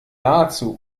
nahezu